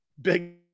Big